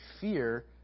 fear